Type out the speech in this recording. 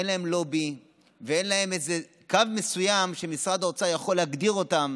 אין להם לובי ואין להם קו מסוים שמשרד האוצר יכול להגדיר אותם